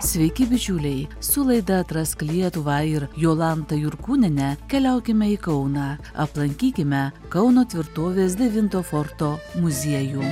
sveiki bičiuliai su laida atrask lietuvą ir jolanta jurkūniene keliaukime į kauną aplankykime kauno tvirtovės devinto forto muziejų